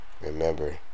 Remember